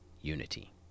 unity